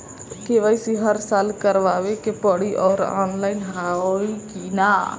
KYC हर साल करवावे के पड़ी और ऑनलाइन होई की ना?